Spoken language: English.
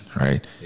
right